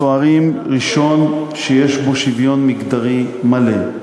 צוערים ראשון שיש בו שוויון מגדרי מלא,